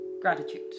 gratitude